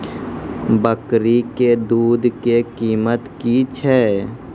बकरी के दूध के कीमत की छै?